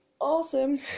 awesome